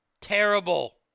terrible